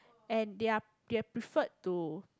and they're they preferred to